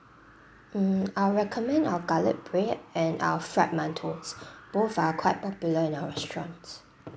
mm I'll recommend our garlic bread and our fried mantous both are quite popular in our restaurant